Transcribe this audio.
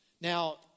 Now